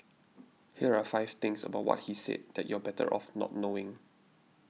here are five things about what he said that you're better off not knowing